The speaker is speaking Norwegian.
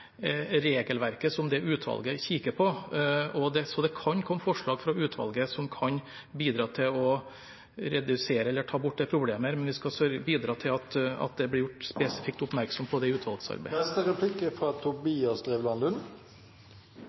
regelverket. Til det siste: Det er nettopp dette regelverket utvalget kikker på, så det kan komme forslag fra utvalget som kan bidra til å redusere eller ta bort dette problemet. Vi skal bidra til at dette blir gjort oppmerksom på i utvalgsarbeidet. Jeg vil også bore litt i det